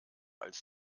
als